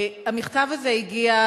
המכתב הזה הגיע,